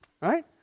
right